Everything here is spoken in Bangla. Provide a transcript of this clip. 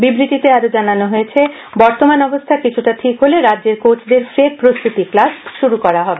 বিবৃতিতে আরো জানানো হয়েছে বর্তমান অবস্থা কিছুটা ঠিক হলে রাজ্যের কোচদের ফের প্রস্তুতি ক্লাস শুরু করা হবে